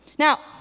Now